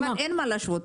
אבל אין מה להשוות.